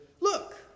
look